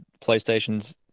playstations